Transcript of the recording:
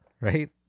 right